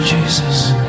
Jesus